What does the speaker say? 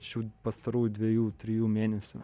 šių pastarųjų dviejų trijų mėnesių